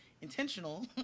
intentional